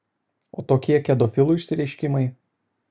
o tokie kedofilų išsireiškimai